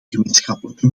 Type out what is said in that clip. gemeenschappelijke